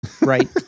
Right